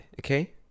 Okay